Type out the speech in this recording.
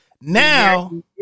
Now